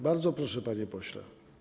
Bardzo proszę, panie pośle.